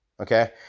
Okay